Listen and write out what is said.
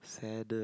sadder